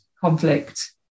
conflict